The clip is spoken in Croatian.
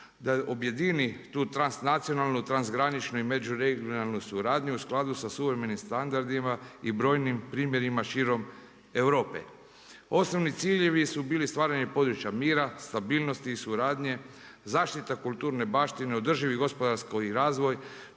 da objedini tu transnacionalnu, trans graničnu i međuregionalnu suradnju u skladu sa suverenim standardima i brojnim primjerima širom Europe. Osnovni ciljevi su bili stvaranje područja mira, stabilnosti i suradnje, zaštita kulturne baštine, održvi gospodarski razvoj